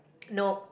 no